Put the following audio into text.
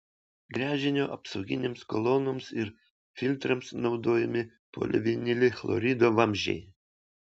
gręžinio apsauginėms kolonoms ir filtrams naudojami polivinilchlorido vamzdžiai